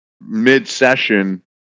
mid-session